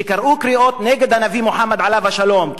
שקראו קריאות נגד הנביא מוחמד עליו השלום,